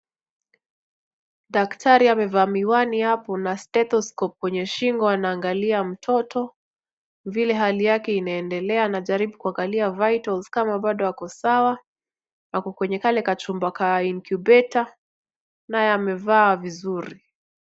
Daktari amevaa miwani hapo, kuna stethoscope kwenye shingo anaangalia mtoto vile hali yake inaendelea. Anajaribu kuangalia vitals kama bado ako sawa. Ako kwenye kale kachumba ka inkyubeta naye amevaa vizuri.